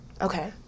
Okay